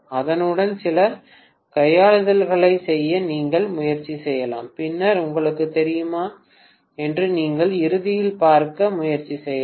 அதனுடன் சில கையாளுதல்களைச் செய்ய நீங்கள் முயற்சி செய்யலாம் பின்னர் உங்களுக்குத் தெரியுமா என்று நீங்கள் இறுதியில் பார்க்க முயற்சி செய்யலாம்